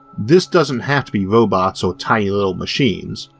this doesn't have to be robots or tiny little machines,